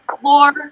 floor